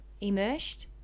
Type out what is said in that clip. Immersed